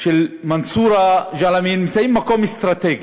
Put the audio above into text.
של מנסורה-ג'למה נמצאות במקום אסטרטגי,